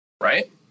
Right